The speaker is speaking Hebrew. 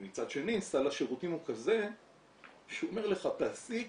מצד שני סל השירותים הוא כזה שהוא אומר לך תעסיק